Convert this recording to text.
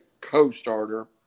co-starter